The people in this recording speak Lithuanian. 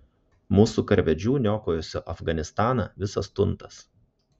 mūsų karvedžių niokojusių afganistaną visas tuntas